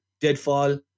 Deadfall